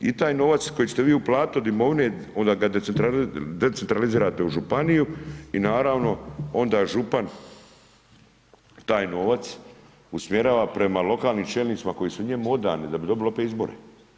I taj novac koji ćete vi uplatiti od imovine, onda ga decentralizirate u županiju i naravno onda župan taj novac usmjerava prema lokalnim čelnicima koji su njemu odani da bi dobili opet izbore.